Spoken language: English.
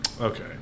Okay